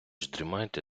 дрімайте